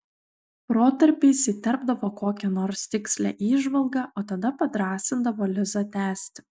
protarpiais įterpdavo kokią nors tikslią įžvalgą o tada padrąsindavo lizą tęsti